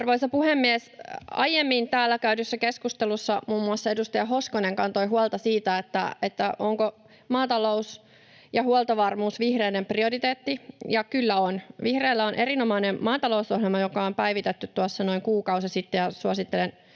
Arvoisa puhemies! Aiemmin täällä käydyssä keskustelussa muiden muassa edustaja Hoskonen kantoi huolta siitä, onko maatalous ja huoltovarmuus vihreiden prioriteetti, ja kyllä on. Vihreillä on erinomainen maatalousohjelma, joka on päivitetty tuossa noin kuukausi sitten,